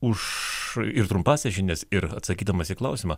už ir trumpąsias žinias ir atsakydamas į klausimą